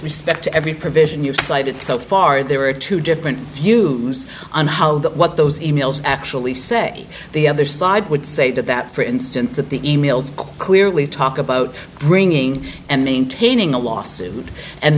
respect to every provision you cited so far there are two different views on how that what those emails actually say the other side would say that that for instance that the e mails clearly talk about bringing and maintaining a lawsuit and